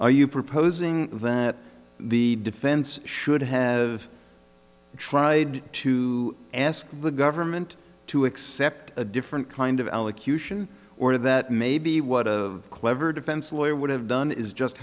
are you proposing that the defense should have tried to ask the government to accept a different kind of allocution or that maybe what of clever defense lawyer would have done is just